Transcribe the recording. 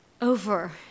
over